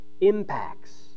impacts